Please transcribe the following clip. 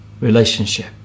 relationship